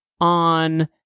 on